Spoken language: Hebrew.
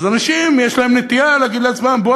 אז אנשים יש להם נטייה להגיד לעצמם: בוא